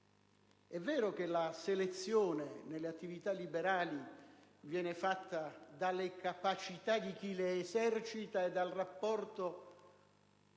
È vero che la selezione nelle attività liberali dipende dalle capacità di chi le esercita e dal rapporto